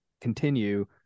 continue